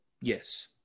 Yes